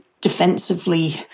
defensively